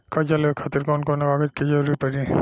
कर्जा लेवे खातिर कौन कौन कागज के जरूरी पड़ी?